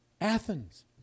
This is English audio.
Athens